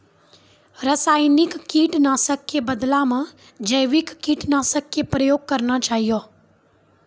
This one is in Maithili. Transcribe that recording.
रासायनिक कीट नाशक कॅ बदला मॅ जैविक कीटनाशक कॅ प्रयोग करना चाहियो